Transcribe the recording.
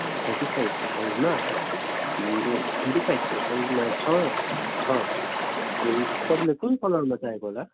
thirty फाइभको साइजमा thirty फाइभको साइजमा छ छ अनि तपाईँलाई कुन कलरमा चाहिएको होला